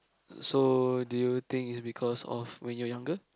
so do you think is because of when you are younger